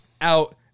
out